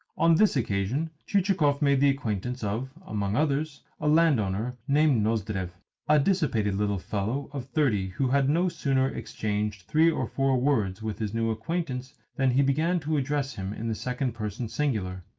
on this occasion chichikov made the acquaintance of, among others, a landowner named nozdrev a dissipated little fellow of thirty who had no sooner exchanged three or four words with his new acquaintance than he began to address him in the second person singular.